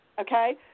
Okay